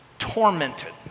tormented